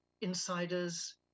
insiders